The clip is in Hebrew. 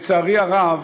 לצערי הרב,